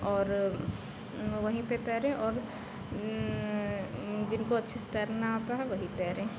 और वहीं पर तैरें और जिनको अच्छे से तैरना आता है वही तैरें